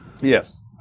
Yes